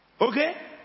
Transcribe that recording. Okay